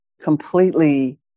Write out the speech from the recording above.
completely